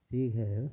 ٹھیک ہے